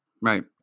Right